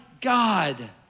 God